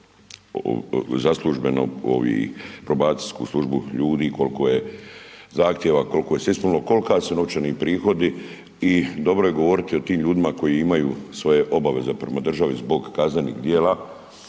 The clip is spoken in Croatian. za službeno probacijsku službu ljudi, koliko je zahtjeva, koliko se ispunilo, koliko su novčani prihodi i dobro je govoriti o tim ljudima koji imaju svoje obaveze prema državi zbog kaznenih djela